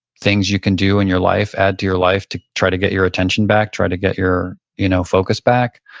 things you can do in your life, add to your life to try to get your attention back, try to get your you know focus back.